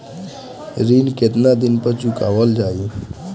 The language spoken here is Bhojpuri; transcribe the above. ऋण केतना दिन पर चुकवाल जाइ?